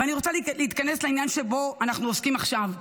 אני רוצה להתכנס לעניין שבו אנחנו עוסקים עכשיו.